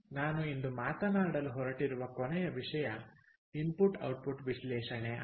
ನಾನು ಇಂದು ಮಾತನಾಡಲು ಹೊರಟಿರುವ ಕೊನೆಯ ವಿಷಯ ಇನ್ಪುಟ್ ಔಟ್ಪುಟ್ ವಿಶ್ಲೇಷಣೆ ಆಗಿದೆ